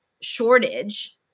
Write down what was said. shortage